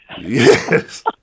Yes